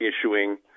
issuing